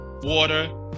water